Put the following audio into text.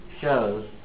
shows